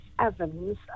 Evans